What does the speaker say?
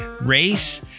race